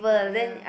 yeah